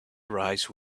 rice